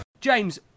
James